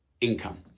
income